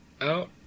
out